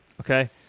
okay